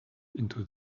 into